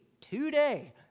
today